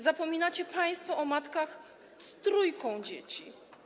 Zapominacie państwo o matkach z trójką dzieci.